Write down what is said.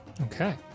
Okay